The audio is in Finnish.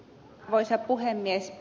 arvoisa puhemies